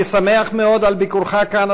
אני שמח מאוד על ביקורך כאן,